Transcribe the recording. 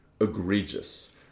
egregious